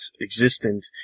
existent